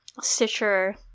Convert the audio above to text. Stitcher